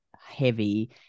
heavy